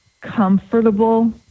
comfortable